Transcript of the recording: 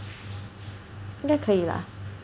应该可以 lah